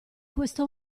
questo